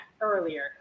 earlier